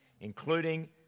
including